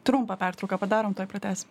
trumpą pertrauką padarom tuoj pratęsim